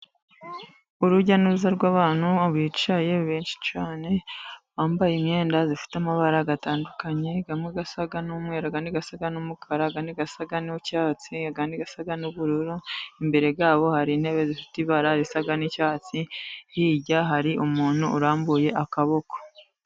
Urujya n'uruza rw'abantu bicaye benshi cyane. Bambaye imyenda ifite amabara atandukanye. Amwe asa n'umweru, andi asa n'umukara, andi asa n'icyatsi, andi asa n'ubururu. Imbere yabo hari intebe zifite ibara risa n'icyatsi, hirya hari umuntu urambuye akaboko.